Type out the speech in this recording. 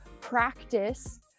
practice